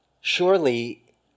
Surely